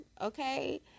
okay